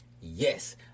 Yes